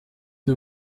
nur